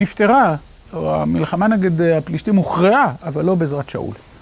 נפתרה - המלחמה נגד הפלישתים הוכרעה, אבל לא בעזרת שאול.